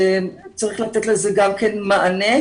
צריך לתת לזה גם כן מענה.